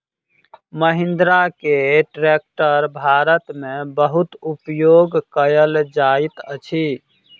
महिंद्रा के ट्रेक्टर भारत में बहुत उपयोग कयल जाइत अछि